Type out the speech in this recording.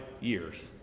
years